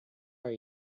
are